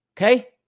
Okay